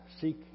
seek